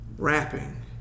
wrapping